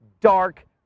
dark